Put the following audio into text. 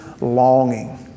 longing